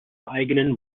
eigenen